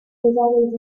always